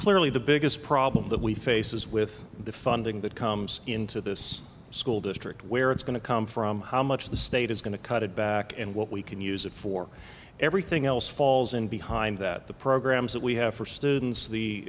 clearly the biggest problem that we face is with the funding that comes into this school district where it's going to come from how much the state is going to cut it back and what we can use it for everything else falls in behind that the programs that we have for students the